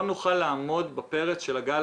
ללא זאת לא נוכל לעמוד בפרץ של גל